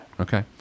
Okay